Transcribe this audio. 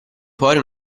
fuori